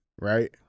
right